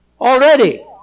already